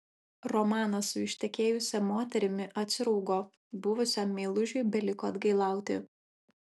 romanas su ištekėjusia moterimi atsirūgo buvusiam meilužiui beliko atgailauti